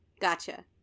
Gotcha